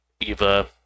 Eva